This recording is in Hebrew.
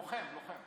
הוא לוחם.